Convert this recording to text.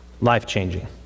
Life-changing